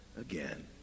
again